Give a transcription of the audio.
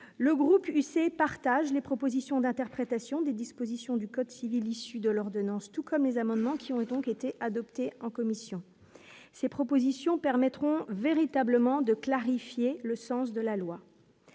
le groupe lui ses partagent les propositions d'interprétation des dispositions du code civil issu de l'ordonnance, tout comme les amendements qui ont donc été adoptés en commission, ces propositions permettront véritablement de clarifier le sens de la loi